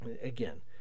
Again